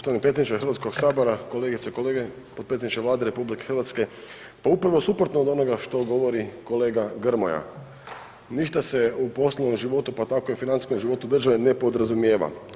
Poštovani predsjedniče Hrvatskog sabora, kolegice i kolege, potpredsjedniče Vlade RH, pa upravo suprotno od onoga što govori kolega Grmoja, ništa se u poslovnom životu pa tako i financijskom životu države ne podrazumijeva.